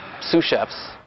sous-chefs